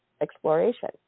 exploration